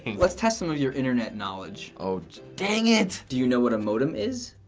let's test some of your internet knowledge. oh, gee dang it! do you know what a modem is?